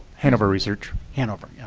hanover research hanover, yeah.